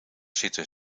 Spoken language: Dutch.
zitten